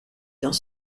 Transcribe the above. dans